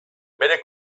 bere